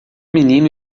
menino